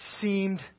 seemed